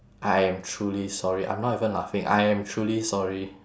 I am truly sorry I'm not even laughing I am truly sorry